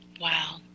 Wow